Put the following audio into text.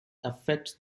affects